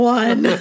one